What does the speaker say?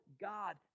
God